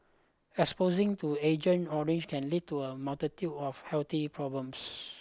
exposing to Agent Orange can lead to a multitude of healthy problems